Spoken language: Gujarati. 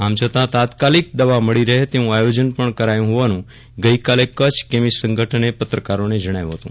આમ છતા તાત્કાલિક દવા મળે રહે તેવું આયોજન પણ કરાયું હોવાનું ગઈકાલે કચ્છ કેમિસ્ટ્રી સંગઠને પત્રકારોને જવ્રાવ્યું હતું